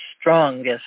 strongest